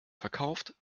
verkauft